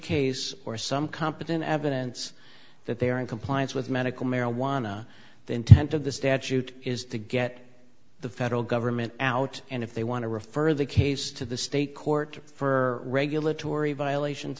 case or some competent evidence that they are in compliance with medical marijuana the intent of the statute is to get the federal government out and if they want to refer the case to the state court for regulatory violations